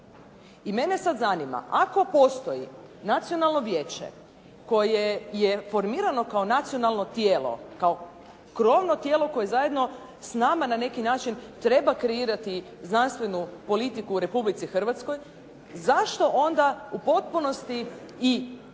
I mene sad zanima ako postoji Nacionalno vijeće koje je formirano kao nacionalno tijelo, kao krovno tijelo koje zajedno s nama na neki način treba kreirati znanstvenu politiku u Republici Hrvatskoj zašto onda u potpunosti i